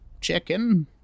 Chicken